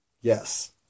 Yes